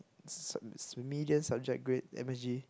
s~ median subject grade M_S_G